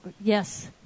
yes